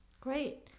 Great